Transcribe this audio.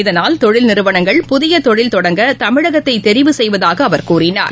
இதனால் தொழில் நிறுவனங்கள் புதியதொழில் தொடங்க தமிழகத்தைதெரிவு செய்வதாகஅவர் கூறினார்